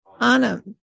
Anam